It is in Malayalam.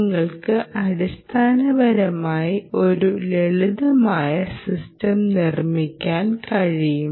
നിങ്ങൾക്ക് അടിസ്ഥാനപരമായി ഒരു ലളിതമായ സിസ്റ്റം നിർമ്മിക്കാൻ കഴിയും